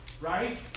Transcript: right